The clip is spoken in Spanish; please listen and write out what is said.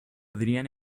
podrían